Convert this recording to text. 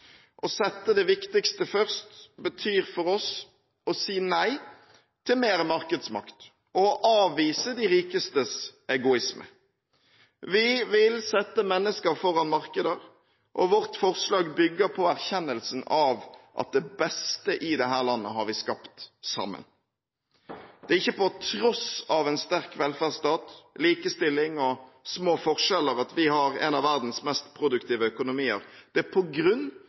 Å sette det viktigste først betyr for oss å si nei til mer markedsmakt og avvise de rikestes egoisme. Vi vil sette mennesker foran markeder, og vårt forslag bygger på erkjennelsen av at det beste i dette landet har vi skapt sammen. Det er ikke på tross av en sterk velferdsstat, likestilling og små forskjeller at vi har en av verdens mest produktive økonomier, det er på grunn